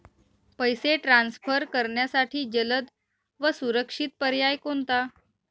पैसे ट्रान्सफर करण्यासाठी जलद व सुरक्षित पर्याय कोणता?